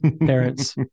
parents